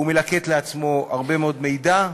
הוא מלקט לעצמו הרבה מאוד מידע,